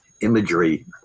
imagery